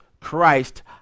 Christ